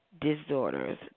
disorders